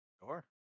Sure